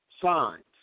signs